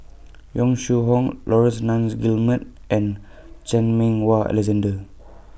Yong Shu Hoong Laurence Nunns Guillemard and Chan Meng Wah Alexander